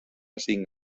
cinc